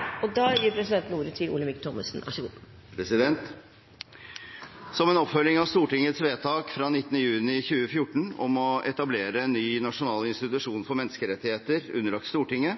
at de som måtte tegne seg på talerlisten utover den fordelte taletid, får en taletid på inntil 3 minutter. – Det anses vedtatt. Som en oppfølging av Stortingets vedtak fra 19. juni 2014 om å etablere en ny nasjonal institusjon for menneskerettigheter, underlagt Stortinget,